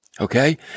Okay